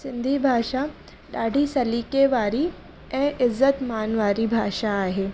सिंधी भाषा ॾाढी सलीकेवारी ऐं इज़तमान वारी भाषा आहे